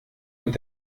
mit